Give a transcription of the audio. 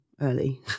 early